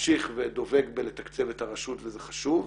ממשיך ודבק בלתקצב את הרשות וזה חשוב.